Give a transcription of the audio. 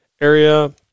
area